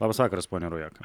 labas vakaras ponia rojaka